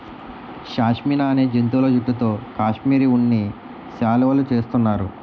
షష్మినా అనే జంతువుల జుట్టుతో కాశ్మిరీ ఉన్ని శాలువులు చేస్తున్నారు